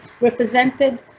represented